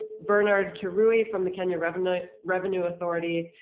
bernard kirui from the kenya revenue revenue authority,